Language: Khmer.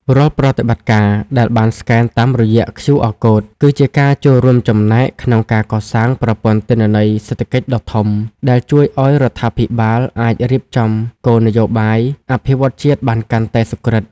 រាល់ប្រតិបត្តិការដែលបានស្កែនតាមរយៈ QR Code គឺជាការចូលរួមចំណែកក្នុងការកសាងប្រព័ន្ធទិន្នន័យសេដ្ឋកិច្ចដ៏ធំ ដែលជួយឱ្យរដ្ឋាភិបាលអាចរៀបចំគោលនយោបាយអភិវឌ្ឍន៍ជាតិបានកាន់តែសុក្រឹត។